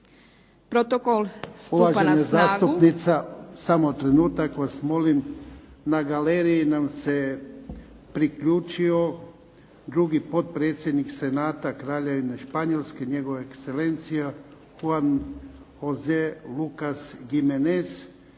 Protokol stupa na snagu…